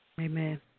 Amen